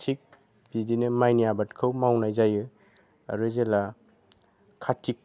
माने बिदिनो माइनि आबादखौ मावनाय जायो आरो जेला कार्तिक